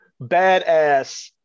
Badass